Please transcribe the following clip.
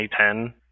2010